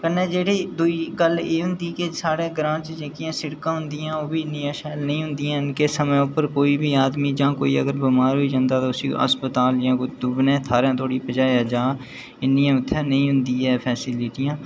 कन्नै जह्ड़ी दूई गल्ल एह् होंदी कि साढ़े ग्रांऽ च जेह्ड़ियां सिड़कां होंदियां कि ओह्बी इन्नियां शैल नेईं होंदियां हैन कि ओह्बी आदमी जां कोई बमार होई जंदा उसगी अस्पताल जां कोई दुगने थाह्रे तोड़ी पजाया जा इन्नी उत्थै नेईं होंदी ऐ फैस्लिटियां